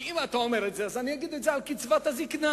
אם אתה אומר אז אני אגיד את זה על קצבת הזיקנה.